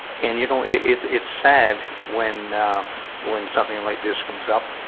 and you know it's it's sad when when something like this comes up,